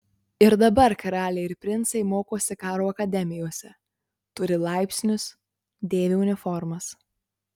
ir dabar karaliai ir princai mokosi karo akademijose turi laipsnius dėvi uniformas